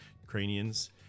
Ukrainians